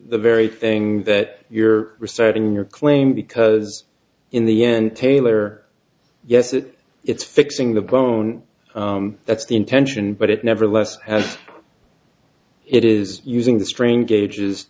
the very thing that you're researching your claim because in the end tailor yes it it's fixing the bone that's the intention but it nevertheless has it is using the strain gauges